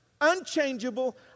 unchangeable